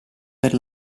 per